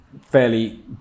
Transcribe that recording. fairly